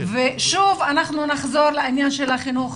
ושוב אנחנו נחזור לעניין של החינוך,